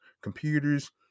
computers